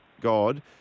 God